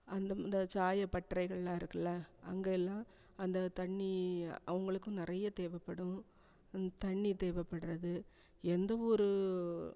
அந்த இந்த சாயப்பட்டறைகள்லாம் இருக்குதுல அங்கெலாம் அந்த தண்ணி அவங்களுக்கும் நெறைய தேவப்படும் தண்ணி தேவைப்பட்றது எந்த ஒரு